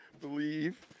believe